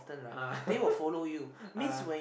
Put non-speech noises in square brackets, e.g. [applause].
ah [laughs] ah